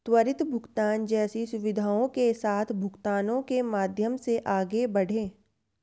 त्वरित भुगतान जैसी सुविधाओं के साथ भुगतानों के माध्यम से आगे बढ़ें